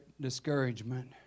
discouragement